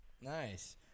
Nice